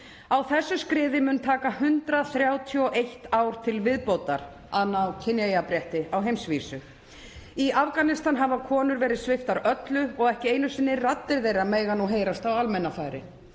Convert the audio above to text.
Á þessu skriði mun taka 131 ár til viðbótar að ná kynjajafnrétti á heimsvísu. Í Afganistan hafa konur verið sviptar öllu og ekki einu sinni raddir þeirra mega nú heyrast á almannafæri.